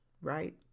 right